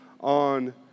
on